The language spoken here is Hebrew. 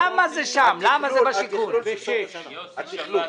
משרד